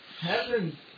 heaven